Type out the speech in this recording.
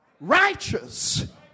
Righteous